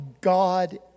God